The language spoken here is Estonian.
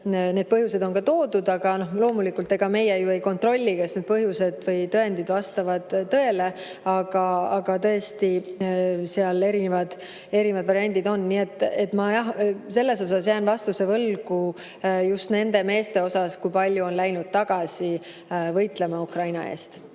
Need põhjused on toodud, aga loomulikult ega meie ju ei kontrolli, kas need põhjused või tõendid vastavad tõele. Aga tõesti seal erinevad variandid on. Nii et ma selles osas jään vastuse võlgu just nende meeste puhul, kui palju on läinud tagasi võitlema Ukraina eest.